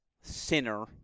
Sinner